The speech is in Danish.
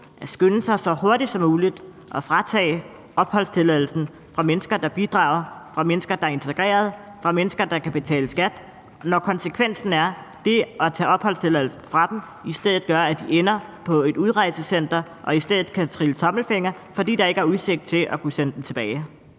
at skynde sig og så hurtigt som muligt at fratage opholdstilladelsen fra mennesker, der bidrager, fra mennesker, der er integrerede, fra mennesker, der kan betale skat, når konsekvensen er, at det at tage opholdstilladelsen fra dem i stedet gør, at de ender på et udrejsecenter og i stedet kan trille tommelfingre, fordi der ikke er udsigt til at kunne sende dem tilbage?